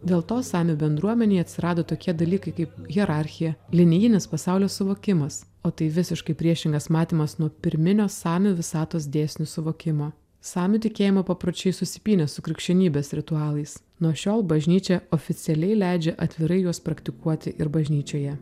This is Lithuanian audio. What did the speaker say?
dėl to samių bendruomenėj atsirado tokie dalykai kaip hierarchija linijinis pasaulio suvokimas o tai visiškai priešingas matymas nuo pirminio samių visatos dėsnių suvokimo samių tikėjimo papročiai susipynė su krikščionybės ritualais nuo šiol bažnyčia oficialiai leidžia atvirai juos praktikuoti ir bažnyčioje